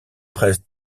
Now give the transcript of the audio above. prêtres